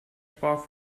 sprach